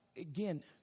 again